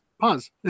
Pause